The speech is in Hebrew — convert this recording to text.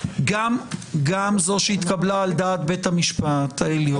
גם זו שהתקבלה על דעת בית המשפט העליון